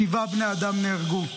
שבעה בני אדם נהרגו,